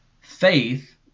faith